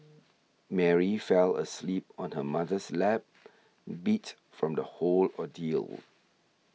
Mary fell asleep on her mother's lap beat from the whole ordeal